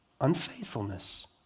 Unfaithfulness